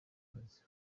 kazi